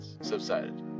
Subsided